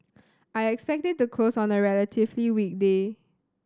I'd expect it to close on a relatively weak day